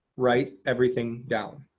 write everything down.